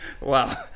Wow